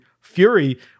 Fury